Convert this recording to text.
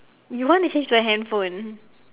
you want to change to a handphone